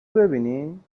ببینین